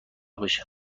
بشه